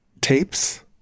tapes